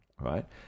right